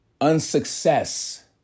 unsuccess